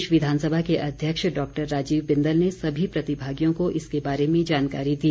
प्रदेश विधानसभा के अध्यक्ष डॉक्टर राजीव बिंदल ने सभी प्रतिभागियों को इसके बारे में जानकारी दी